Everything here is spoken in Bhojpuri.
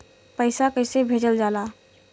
पैसा कैसे भेजल जाला?